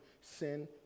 sin